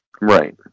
Right